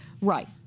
Right